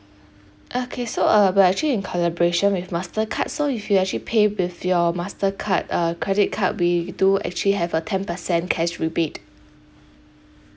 okay so uh we're actually in collaboration with mastercard so if you actually pay with your mastercard uh credit card we do actually have a ten percent cash rebate